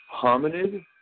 hominid